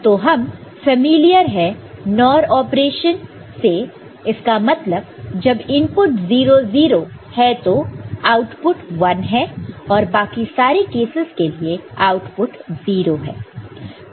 तो हम फैमिलियर है NOR ऑपरेशन से इसका मतलब जब इनपुट 0 0 है तो आउटपुट 1 है और बाकी सारे केसेस के लिए आउटपुट 0 है